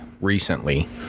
recently